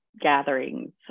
gatherings